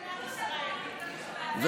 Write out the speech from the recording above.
שינוי המשטר במדינת ישראל, על זה אנחנו מצביעים.